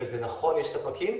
יש ספקים,